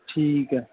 ਠੀਕ ਹੈ